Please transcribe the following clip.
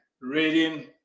reading